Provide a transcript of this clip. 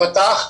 הוא פתח,